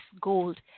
gold